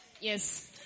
Yes